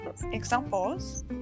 examples